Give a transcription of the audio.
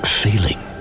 feeling